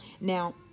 Now